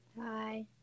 Hi